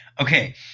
Okay